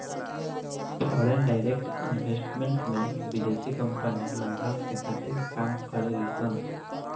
foreign direct investment में विदेशी company लाभांस के खातिर काम करे ली सन